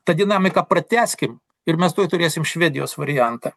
tą dinamiką pratęskim ir mes tuoj turėsim švedijos variantą